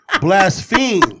Blaspheme